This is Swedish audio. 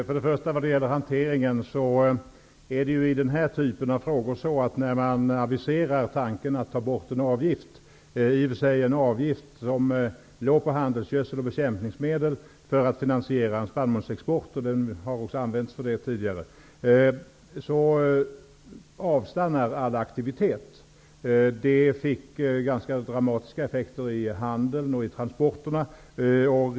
Fru talman! När det gäller hanteringen är det på det sättet i denna typ av frågor att när man aviserar tanken att ta bort en avgift -- det är i och för sig en avgift som är låg för handelsgödsel och bekämpningsmedel för att finansiera en spannmålsexport, som den också har använts till tidigare -- avstannar all aktivitet. Det fick ganska dramatiska effekter inom handeln och när det gäller transporterna.